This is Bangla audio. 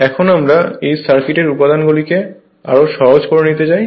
এখন আমরা এই সার্কিটের উপাদানগুলিকে আরো সহজ করে নিতে চাই